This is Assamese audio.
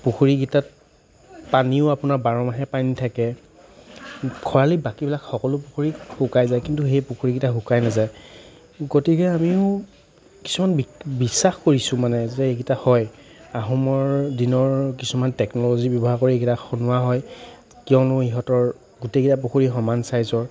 পুখুৰী কেইটাত পানীও আপোনাৰ বাৰমাহেই পানী থাকে খৰালি বাকীবিলাক সকলো পুখুৰী শুকাই যায় কিন্তু সেই পুখুৰীকেইটা শুকাই নাযায় গতিকে আমিও কিছুমান বি বিশ্বাস কৰিছোঁ মানে যে এইকেইটা হয় আহোমৰ দিনৰ কিছুমান টেকনলজি ব্যৱহাৰ কৰি এইকেইটা খন্দুৱা হয় কিয়নো ইহঁতৰ গোটেইকেইটা পুখুৰী সমান চাইজৰ